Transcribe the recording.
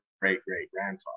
great-great-grandfather